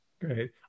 Great